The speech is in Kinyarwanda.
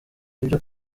ibyo